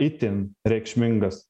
itin reikšmingas